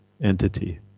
entity